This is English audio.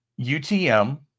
utm